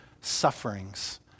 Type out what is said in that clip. sufferings